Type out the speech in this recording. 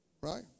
Right